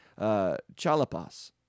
chalapas